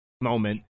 moment